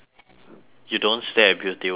you don't stay at beauty world please